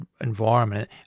environment